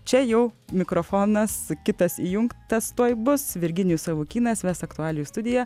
čia jau mikrofonas kitas įjungtas tuoj bus virginijus savukynas ves aktualijų studija